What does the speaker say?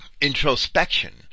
introspection